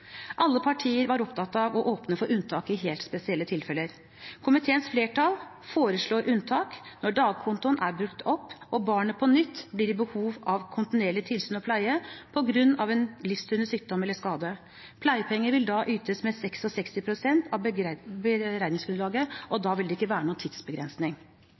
Alle partier var opptatt av å åpne for unntak i helt spesielle tilfeller. Komiteens flertall foreslår unntak når dagkontoen er brukt opp og barnet på nytt blir i behov av kontinuerlig tilsyn og pleie på grunn av en livstruende sykdom eller skade. Pleiepenger vil da ytes med 66 pst. av beregningsgrunnlaget, og da vil det ikke være noen tidsbegrensning.